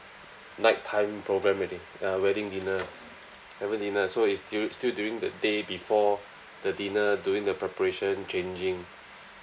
nighttime program ready uh wedding dinner haven't dinner so it's still still during the day before the dinner doing the preparation changing